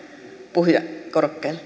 puhujakorokkeelle